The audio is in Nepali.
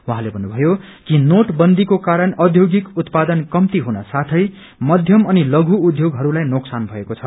उहाँले भन्नुमयो कि नोटबन्दीको कारण असैध्यौगिक उत्पादन कम्ती हुन साथै मध्यम अनि लपु उध्योगहरूलाई नोकसान भएको छ